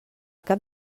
cap